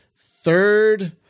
third